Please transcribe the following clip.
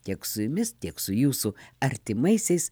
tiek su jumis tiek su jūsų artimaisiais